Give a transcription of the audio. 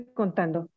contando